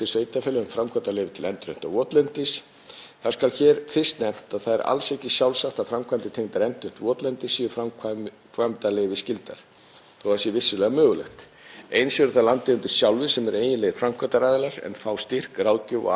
að það sé vissulega mögulegt. Eins eru það landeigendur sjálfir sem eru eiginlegir framkvæmdaraðilar en fá styrk, ráðgjöf og aðhald frá Landgræðslunni. Landgræðslan setur það sem skilyrði fyrir styrkveitingu að erindi séu send til sveitarstjórnar og þá umsókn um framkvæmdaleyfi sé það mat sveitarfélagsins að þess sé þörf.